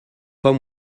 pas